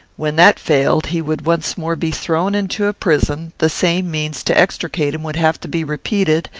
when that failed, he would once more be thrown into a prison the same means to extricate him would have to be repeated,